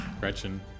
Gretchen